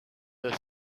the